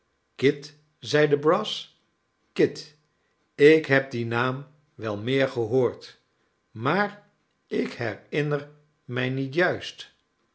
kit zeide brass kit ik heb dien naam wel meer gehoord maar ik herinner mij niet juist